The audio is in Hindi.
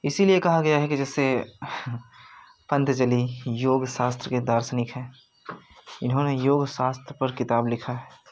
इसीलिए कहा गया है जैसे पतंजलि योग शास्त्र के दार्शनिक है इन्होंने योग शास्त्र पर किताब लिखा है